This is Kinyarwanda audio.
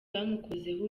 bamukozeho